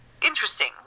interesting